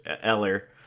Eller